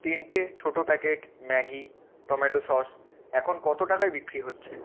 তিনটে ছোটো packet Maggi tomato sauce এখন কত টাকায় বিক্রি হচ্ছে